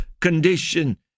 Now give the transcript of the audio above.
condition